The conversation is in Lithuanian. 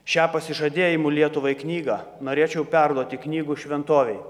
šią pasižadėjimų lietuvai knygą norėčiau perduoti knygų šventovei